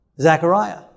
Zechariah